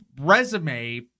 resume